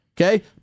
okay